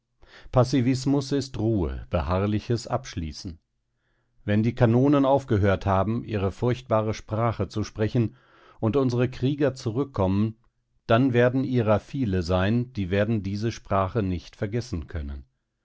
passivismus ist ruhe beharrliches abschließen wenn die kanonen aufgehört haben ihre furchtbare sprache zu sprechen und unsere krieger zurückkommen dann werden ihrer viele sein die werden diese sprache nicht vergessen können